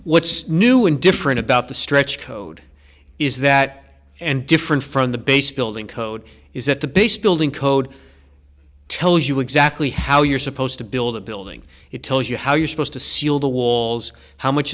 what's new and different about the stretch code is that and different from the base building code is that the base building code tells you exactly how you're supposed to build a building it tells you how you're supposed to seal the walls how much